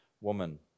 woman